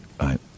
right